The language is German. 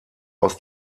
aus